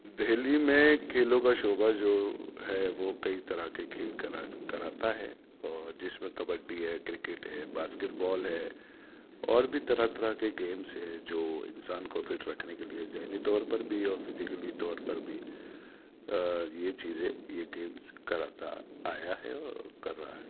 دہلی میں کھیلوں کا شعبہ جو ہے وہ کئی طرح کے کھیل کرا کراتا ہے اور جس میں کبڈی ہے کرکٹ ہے باسکیٹ بال ہے اور بھی طرح طرح کے گیمس ہیں جو انسان کو فٹ رکھنے کے لئے ذہنی طور پر بھی اور فزیکلی طور پر بھی یہ چیزیں یہ گیمس کراتا آیا ہے اور کر رہا ہے